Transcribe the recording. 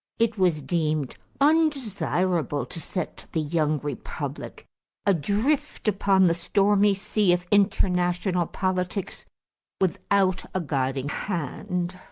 it was deemed undesirable to set the young republic adrift upon the stormy sea of international politics without a guiding hand.